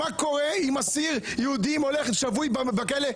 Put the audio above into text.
מה קורה אם אסיר יהודי שבוי בכלא,